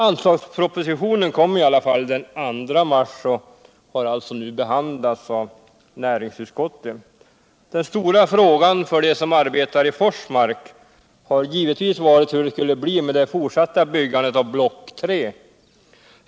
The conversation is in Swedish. Anslagspropositionen kom i alla fall den 2 mars och har alltså nu behandlats av näringsutskottet. Den stora frågan för dem som arbetar i Forsmark har givetvis varit hur det skall bli med det fortsatta byggandet av block 3.